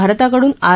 भारताकडून आर